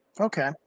Okay